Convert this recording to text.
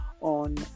on